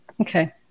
Okay